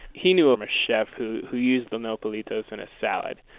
he knew of a chef who who used nopalitos in a salad.